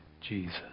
Jesus